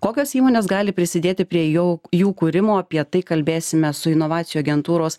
kokios įmonės gali prisidėti prie jų jų kūrimo apie tai kalbėsime su inovacijų agentūros